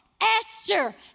esther